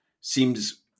Seems